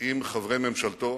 עם חברי ממשלתו.